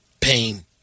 pain